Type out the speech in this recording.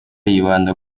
yibanda